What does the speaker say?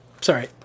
Sorry